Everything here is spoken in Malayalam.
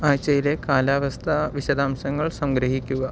ആഴ്ചയിലെ കാലാവസ്ഥാ വിശദാംശങ്ങൾ സംഗ്രഹിക്കുക